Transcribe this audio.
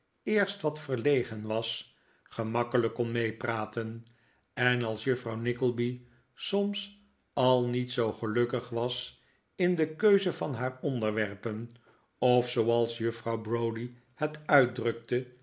eerst wat verlegen was gemakkelijk kon meepraten en als juffrouw nickleby soms al niet zoo gelukkig was in de keuze van haar onderwerpen of zooals juffrouw browdie het uitdrukte